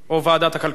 זה בפנים.